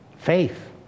faith